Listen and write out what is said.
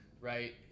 right